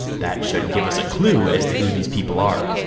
that should give us a clue as to who these people are.